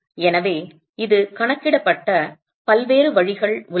எனவே இது கணக்கிடப்பட்ட பல்வேறு வழிகள் உள்ளன